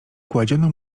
kładziono